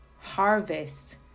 harvest